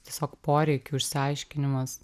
tiesiog poreikių išsiaiškinimas